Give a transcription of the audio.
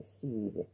seed